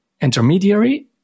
intermediary